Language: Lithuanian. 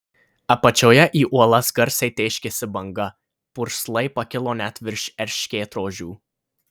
apačioje į uolas garsiai tėškėsi banga purslai pakilo net virš erškėtrožių